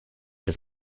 this